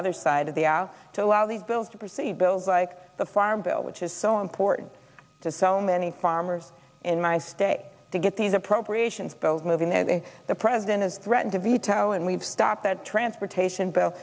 other side of the aisle to allow these bills to proceed bills like the farm bill which is so important to so many farmers in my state to get these appropriations bills moving and the president has threatened to veto and we've stopped that transportation bill